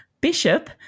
Bishop